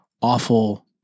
awful